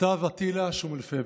כתב אטילה שומפלבי,